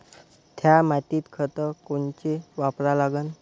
थ्या मातीत खतं कोनचे वापरा लागन?